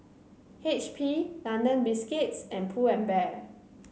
H P London Biscuits and Pull and Bear